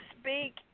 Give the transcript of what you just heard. speak